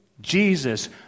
Jesus